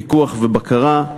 פיקוח ובקרה,